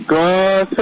God